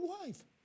wife